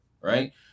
right